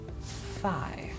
five